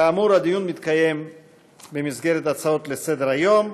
כאמור, הדיון מתקיים במסגרת הצעות לסדר-היום.